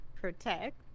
protect